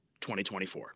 2024